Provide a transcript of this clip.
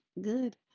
good